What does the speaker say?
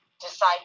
decide